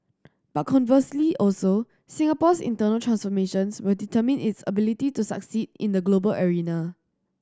but conversely also Singapore's internal transformations will determine its ability to succeed in the global arena